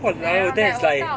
!walao! that's like